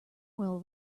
will